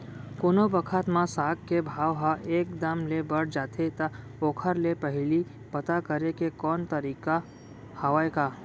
कोनो बखत म साग के भाव ह एक दम ले बढ़ जाथे त ओखर ले पहिली पता करे के कोनो तरीका हवय का?